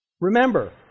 Remember